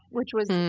which was